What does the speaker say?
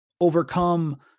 overcome